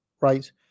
right